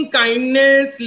kindness